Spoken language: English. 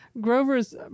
Grover's